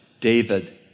David